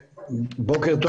בוקר טוב.